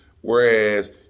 Whereas